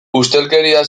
ustelkeria